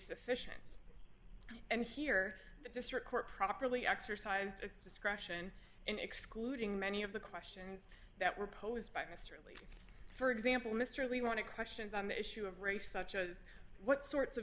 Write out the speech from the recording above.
sufficient and here the district court properly exercised its discretion in excluding many of the questions that were posed by mr lee for example mr we want to questions on the issue of race such as what sorts of